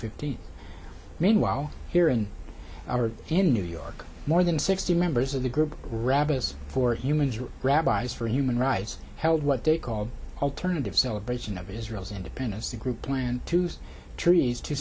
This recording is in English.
fifteen meanwhile here and in new york more than sixty members of the group ravenous for humans or rabbis for human rights held what they called alternative celebration of israel's independence the group planned to use trees to